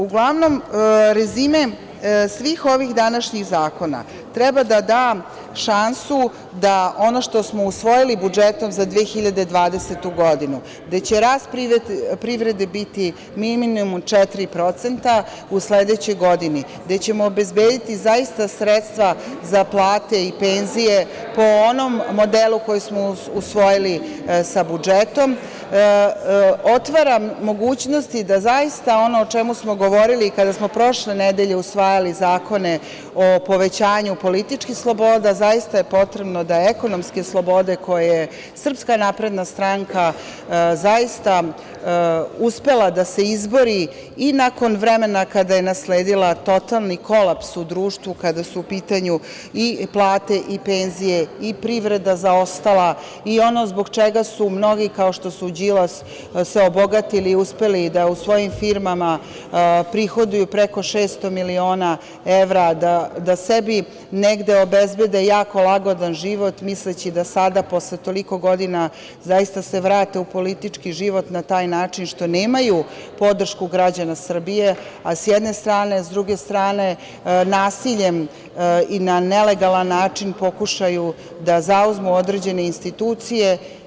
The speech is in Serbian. Uglavnom, rezime svih ovih današnjih zakona treba da da šansu da ono što smo usvojili budžetom za 2020. godinu, gde će rast privrede biti minimum 4% u sledećoj godini, gde ćemo obezbediti zaista sredstva za plate i penzije po onom modelu koji smo usvojili sa budžetom, otvara mogućnosti da zaista ono o čemu smo govorili kada smo prošle nedelje usvajali zakone o povećanju političkih sloboda, zaista je potrebno da ekonomske slobode za koje SNS uspela da se izbori i nakon vremena kada je nasledila totalni kolaps u društvu kada su u pitanju plate i penzije i privreda zaostala i ono zbog čega su mnogi, kao što su Đilas, se obogatili i uspeli da u svojim firmama prihoduju preko 600 milina evra, da sebi negde obezbede jako lagodan život misleći da sada posle toliko godina se vrate u politički život na taj način što nemaju podršku građana Srbije, sa jedne strane, a sa druge strane, nasiljem i na nelegalan način pokušaju da zauzmu određene institucije.